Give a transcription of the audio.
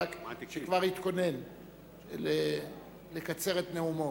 שכבר יתכונן לקצר את נאומו.